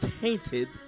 tainted